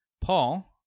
Paul